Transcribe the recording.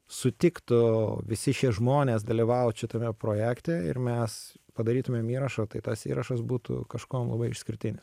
sutiktų visi šie žmonės dalyvaut šitame projekte ir mes padarytumėm įrašą tai tas įrašas būtų kažkuom labai išskirtinis